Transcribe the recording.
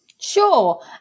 Sure